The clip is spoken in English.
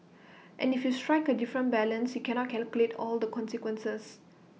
and if you strike A different balance you cannot calculate all the consequences